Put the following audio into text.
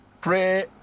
Pray